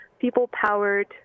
people-powered